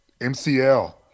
MCL